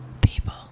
People